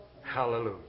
Hallelujah